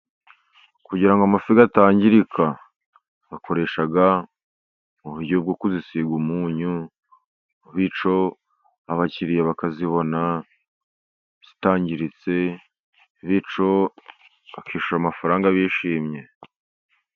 Kugira ngo amafi atangirika, bakoresha uburyo bwo kuyasiga umunyu, bityo abakiriya bakayabona atangiritse, bityo bakishyura amafaranga bishimye.